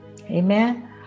amen